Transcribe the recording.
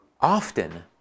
Often